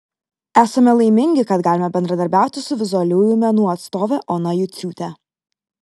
esame laimingi kad galime bendradarbiauti su vizualiųjų menų atstove ona juciūte